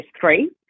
three